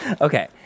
Okay